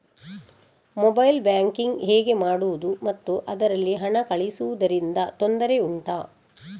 mobile banking ಹೇಗೆ ಮಾಡುವುದು ಮತ್ತು ಅದರಲ್ಲಿ ಹಣ ಕಳುಹಿಸೂದರಿಂದ ತೊಂದರೆ ಉಂಟಾ